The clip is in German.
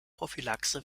prophylaxe